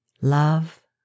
love